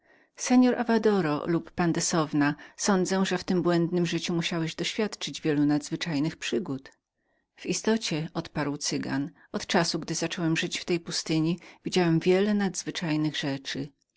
mości avadoro lub pandesowna sądzę że w tem błędnem życiu musiałeś doświadczyć wielu nadzwyczajnych przygód w istocie odparł cygan od czasu w którym zacząłem żyć w tej pustyni widziałem wiele nadzwyczajnych rzeczy